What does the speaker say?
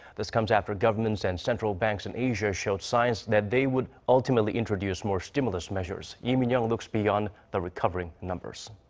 this comes after governments and central banks in asia showed signs that they would ultimately introduce more stimulus measures. lee minyoung looks beyond the recovering numbers